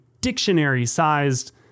dictionary-sized